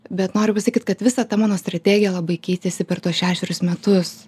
bet noriu pasakyt kad visa ta mano strategija labai keitėsi per tuos šešerius metus